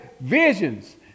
visions